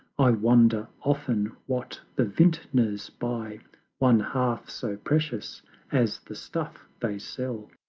i wonder often what the vintners buy one half so precious as the stuff they sell.